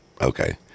Okay